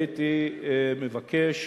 הייתי מבקש